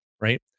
Right